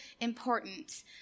important